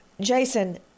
Jason